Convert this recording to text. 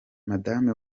madame